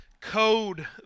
code